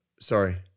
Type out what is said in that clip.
sorry